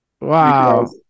Wow